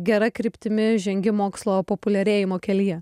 gera kryptimi žengi mokslo populiarėjimo kelyje